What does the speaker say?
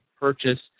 purchase